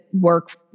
work